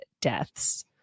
deaths